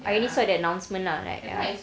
I only saw the announcement ah like ya